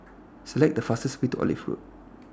Select The fastest Way to Olive Road